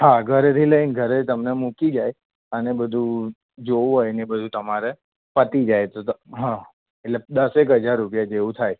હા ઘરે થી લઈને ઘરે તમને મૂકી જાય અને બધું જોવું હોય ને બધું તમારે પતી જાય તમ હા એટલે દસ એક હજાર રૂપિયા જેવું થાય